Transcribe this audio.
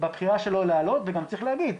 בבחירה שלו לעלות וגם צריך להגיד,